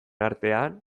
artean